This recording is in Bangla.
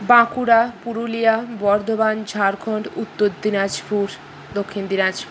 বাঁকুড়া পুরুলিয়া বর্ধমান ঝাড়খন্ড উত্তর দিনাজপুর দক্ষিণ দিনাজ